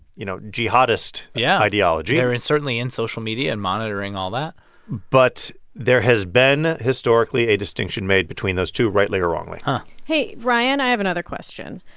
you know, jihadist. yeah. ideology they're and certainly in social media and monitoring all that but there has been, historically, a distinction made between those two, rightly or wrongly hey, ryan. i have another question.